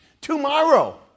tomorrow